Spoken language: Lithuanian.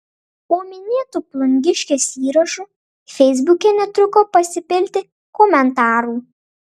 po minėtu plungiškės įrašu feisbuke netruko pasipilti komentarų